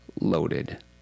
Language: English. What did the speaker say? loaded